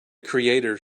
creators